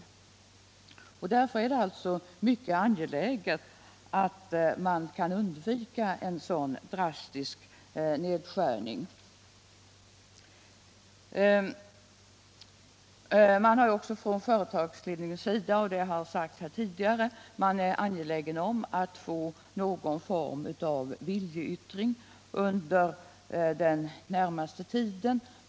Därför är det mycket angeläget att undvika en sådan drastisk nedskärning. Från företagsledningens sida är man, vilket har sagts tidigare i debatten, angelägen om att få någon form av viljeyttring under den närmaste tiden.